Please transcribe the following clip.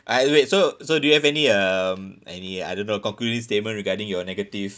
I wait so so do you have any uh any I don't know concluding statement regarding your negative